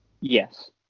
Yes